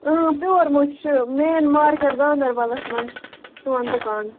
اۭں پِوَر مٲچھ چھُ مین مارکیٚٹ گانٛدربَلس منٛز سوٗن دُکان